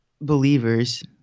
believers